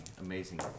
amazing